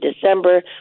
December